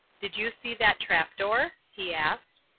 did you see that trap-door? he asked.